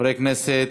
לוועדת החוקה,